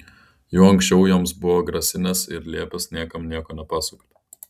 jau anksčiau joms buvo grasinęs ir liepęs niekam nieko nepasakoti